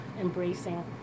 embracing